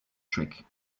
trick